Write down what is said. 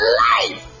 life